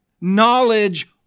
Knowledge